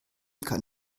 kann